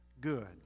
good